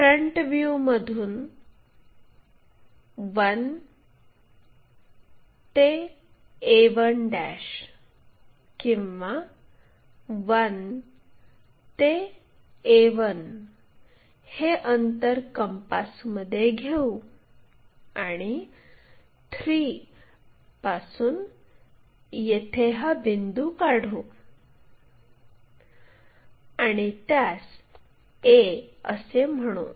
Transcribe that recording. front व्ह्यूमधून 1 ते a1 किंवा 1 ते a1 हे अंतर कंपासमध्ये घेऊ आणि 3 पासून येथे हा बिंदू काढू आणि त्यास a असे म्हणू